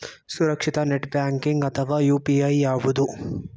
ಸುರಕ್ಷಿತ net banking ಅಥವಾ UPI ಯಾವುದು?